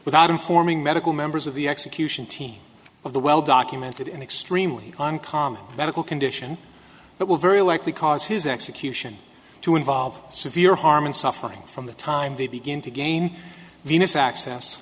without informing medical members of the execution team of the well documented and extremely uncommon medical condition that will very likely cause his execution to involve severe harm and suffering from the time they begin to gain venus access